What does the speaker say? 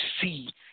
see